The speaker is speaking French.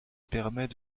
permet